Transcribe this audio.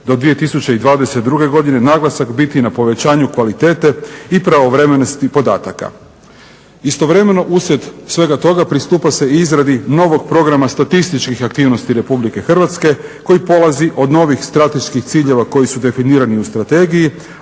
do 2022. godine naglasak biti na povećanju kvalitete i pravovremenosti podataka. Istovremeno uslijed svega toga pristupa se i izradi novog programa statističkih aktivnosti Republike Hrvatske koji polazi od novih strateških ciljeva koji su definirani u strategiji,